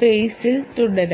ഫെയ്സിൽ തുടരാം